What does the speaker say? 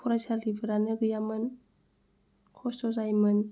फरायसालिफोरानो गैयामोन खस्थ' जायोमोन